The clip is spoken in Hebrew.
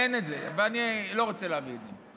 אין את זה, ואני לא רוצה להביא את זה.